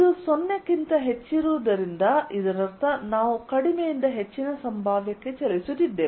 ಇದು 0 ಕ್ಕಿಂತ ಹೆಚ್ಚಿರುವುದರಿಂದ ಇದರರ್ಥ ನಾವು ಕಡಿಮೆಯಿಂದ ಹೆಚ್ಚಿನ ಸಂಭಾವ್ಯಕ್ಕೆ ಚಲಿಸುತ್ತಿದ್ದೇವೆ